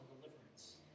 deliverance